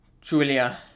Julia